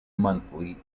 monthly